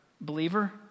believer